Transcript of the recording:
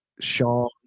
Sean